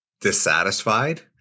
dissatisfied